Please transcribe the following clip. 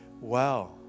Wow